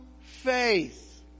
faith